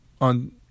on